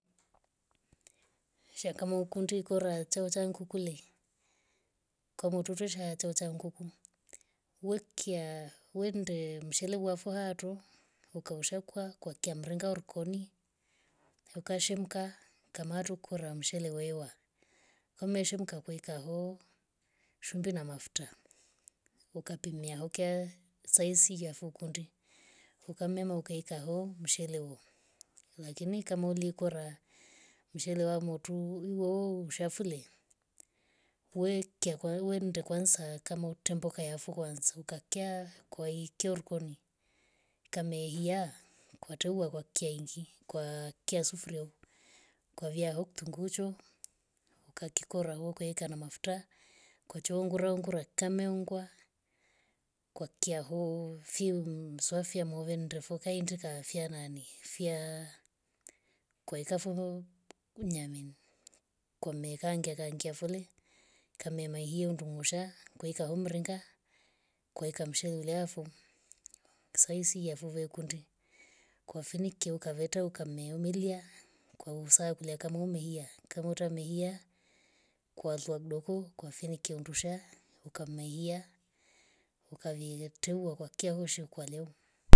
Shakoma ukundi ikora chaochao ngukule kwa mutru shaya tchaucha nguku. wekiya wende mshele wafwa tuu ukaushaukwa kwa kiamringa rikori ukashemka kamatru kora mshele wewa. umeshemka ukaeka hoho. shumbi na mafuta. ukapimia ukya saizi ya fukundi ukamema ukaeka ho mshele huo. lakini kama ulikora mshele wa motuu iwou shafulie wekya kwa wenda kwanza kamotuu tembokaya fuu kwanza. ukakya kwa wikya rikoni. kameiya ukatoa kwa kiangi kwa kiasufurio ukavia ho kitungucho ukakikora ukaeka na mafuta ukaacha unguraungur kameungwa kwa kiaho fui msofya movendoku foo kahindi. kafia nani fia kaeka fovoho nyamini kame kaangiakangia folie kamema hiya ndungusha kaeka homringa. kaeka mshele liafyo saizi ya fivekunch kafunikia. ukaveta ukame umilya kwa usaukulya kama umehia kama utamehia kwa luhukwa doko kwafunikia ndusha ukamehia. ukaviteta kwa kiaushwi kwaleu.